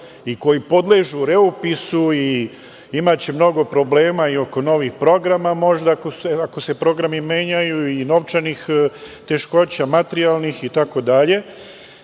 i koji podležu reupisu i imaće mnogo problema i oko novih programa možda, ako se programi menjaju i novčanih teškoća, materijalnih, itd, da